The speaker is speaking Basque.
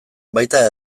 baita